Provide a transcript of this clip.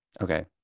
Okay